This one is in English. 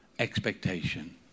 Expectation